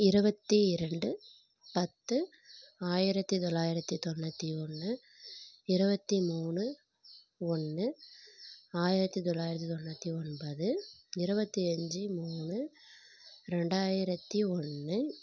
இருபத்தி இரண்டு பத்து ஆயிரத்தி தொள்ளாயிரத்தி தொண்ணூற்றி ஒன்று இருபத்தி மூணு ஒன்று ஆயிரத்தி தொள்ளாயிரத்தி தொண்ணூற்றி ஒன்பது இருபத்தி அஞ்சு மூணு ரெண்டாயிரத்தி ஒன்று